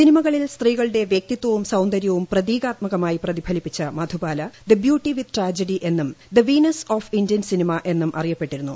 സിനിമകളിൽ സ്ത്രീകളുടെ വൃക്തിത്വവും സൌന്ദരൃവും പ്രതീകാത്മകമായി പ്രതിഫലിപ്പിച്ച Madhubala the beauty with tragedy എന്നും the Venus of Indian cinema എന്നും അറിയപ്പെട്ടിരുന്നു